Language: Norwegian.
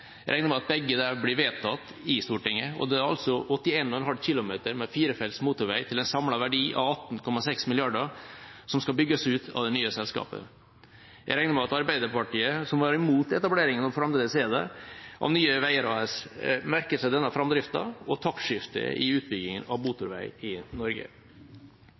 Jeg regner med at begge disse blir vedtatt i Stortinget, og da er det altså 81,5 km med firefelts motorvei til en samlet verdi av 18,6 mrd. kr som skal bygges ut av det nye selskapet. Jeg regner med at Arbeiderpartiet, som var imot etableringen av Nye Veier AS og fremdeles er det, merker seg denne framdriften og taktskiftet i utbyggingen av motorvei i Norge.